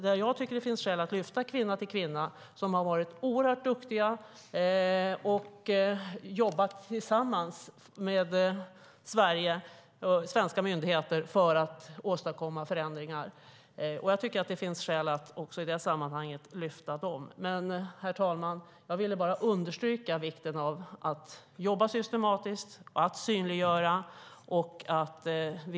Där tycker jag att det finns skäl att lyfta fram Kvinna till Kvinna som har varit oerhört duktiga och jobbat tillsammans med svenska myndigheter för att åstadkomma förändringar. Jag tycker att det finns skäl att i detta sammanhang lyfta fram även dem. Herr talman! Jag ville bara understryka vikten av att man ska jobba systematiskt och synliggöra.